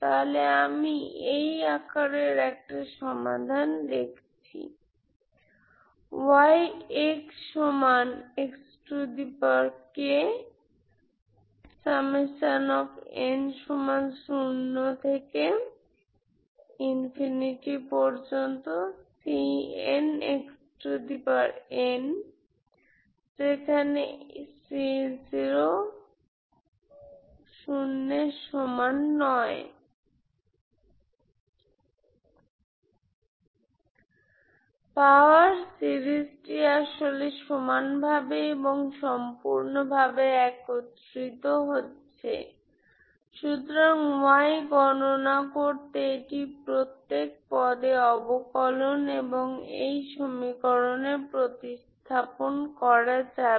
তাহলে আমি এই আকারের একটা সমাধান দেখছি পাওয়ার সিরিজ টি আসলে সমানভাবে এবং সম্পূর্ণভাবে একত্রিত হচ্ছে সুতরাং y ' গণনা করতে এটি প্রত্যেক পদে অবকলন এবং এই সমীকরণে প্রতিস্থাপন করা যাবে